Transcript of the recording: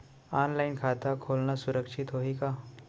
Online खाता खोलना सुरक्षित होही का?